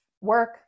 Work